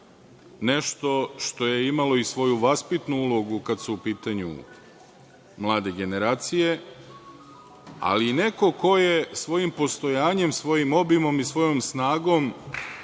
Nešto što je imalo i svoju vaspitnu ulogu kada su u pitanju mlade generacije, ali i neko ko je svojim postojanjem, svojim obimom i svojom snagom